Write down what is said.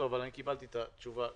אבל קיבלתי את התשובה.